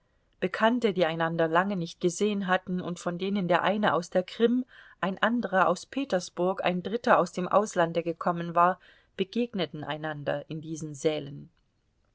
bekannte die einander lange nicht gesehen hatten und von denen der eine aus der krim ein anderer aus petersburg ein dritter aus dem auslande gekommen war begegneten einander in diesen sälen